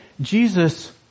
Jesus